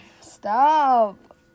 Stop